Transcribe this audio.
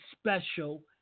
special